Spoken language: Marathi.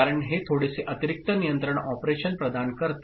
कारण हे थोडेसे अतिरिक्त नियंत्रण ऑपरेशन प्रदान करते